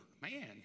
man